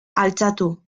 altxatu